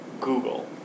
Google